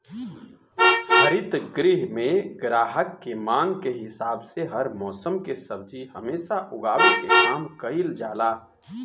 हरित गृह में ग्राहक के मांग के हिसाब से हर मौसम के सब्जी हमेशा उगावे के काम कईल जाला